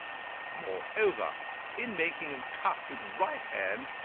moreover, in making a cut with the right hand,